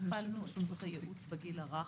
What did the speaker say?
הכפלנו את הייעוץ בגיל הרך,